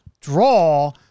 draw